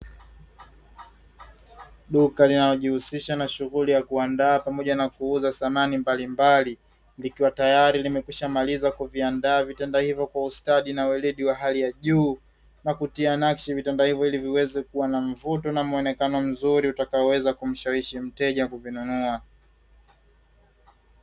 Duka linalojihusisha na shughuli ya kuandaa pamoja na kuuza samani mbalimbali, likiwa tayari limekwisha maliza kuviandaa vitanda hivyo kwa ustadi na weledi wa hali ya juu kwa kutia nakshi vitanda hivo ili viweze kuwa na mvuto na muonekano mzuri utakaoweza kumshawishi mteja kuvinunua.